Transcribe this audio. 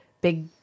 big